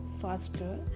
Faster